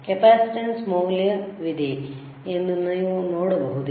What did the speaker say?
capacitance ಮೌಲ್ಯವಿದೆ ಎಂದು ನೀವು ನೋಡಬಹುದೇ